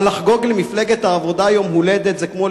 אבל לחגוג למפלגת העבודה יום הולדת זה כמו